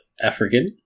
African